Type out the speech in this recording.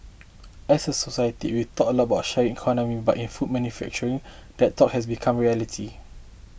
as a society we talk a lot about the sharing economy but in food manufacturing that talk has become reality